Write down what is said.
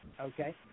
okay